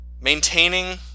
maintaining